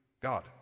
God